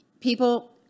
People